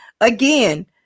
again